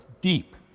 deep